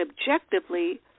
objectively